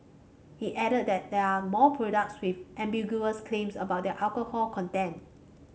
he added that there are more products with ambiguous claims about their alcohol content